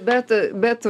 bet bet